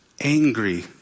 angry